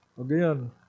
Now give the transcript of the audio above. Again